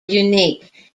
unique